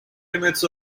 limits